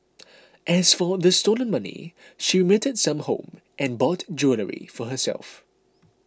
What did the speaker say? as for the stolen money she remitted some home and bought jewellery for herself